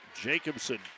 Jacobson